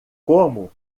como